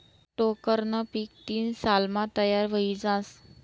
टोक्करनं पीक तीन सालमा तयार व्हयी जास